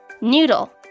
Noodle